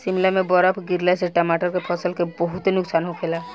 शिमला में बरफ गिरला से टमाटर के फसल के बहुते नुकसान होखेला